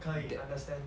可以 understand